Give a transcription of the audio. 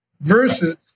versus